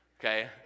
okay